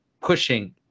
pushing